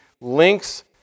links